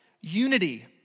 Unity